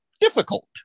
difficult